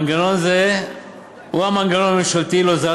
מנגנון זה הוא המנגנון הממשלתי להוזלת